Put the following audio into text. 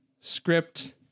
script